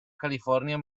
california